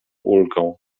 ulgą